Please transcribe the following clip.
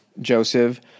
Joseph